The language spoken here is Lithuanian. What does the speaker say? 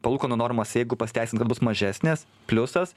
palūkanų normos jeigu pasiteisins kad bus mažesnės pliusas